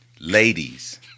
ladies